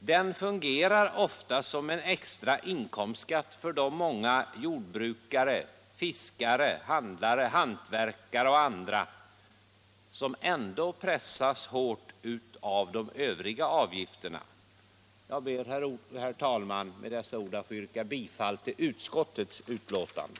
Den fungerar oftast som en extra inkomstskatt för de många jordbrukare, fiskare, handlare, hantverkare och andra som ändå pressas hårt av de övriga avgifterna. Med dessa ord ber jag, herr talman, att få yrka bifall till utskottets hemställan.